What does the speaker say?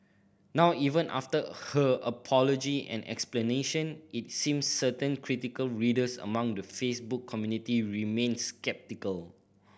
now even after her apology and explanation it seems certain critical readers among the Facebook community remained sceptical